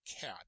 cat